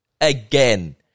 again